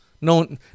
No